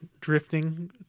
drifting